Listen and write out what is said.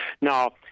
Now